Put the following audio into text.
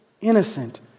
innocent